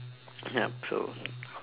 yup so quite